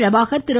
Prabhakar Thiru